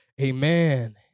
amen